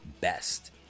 best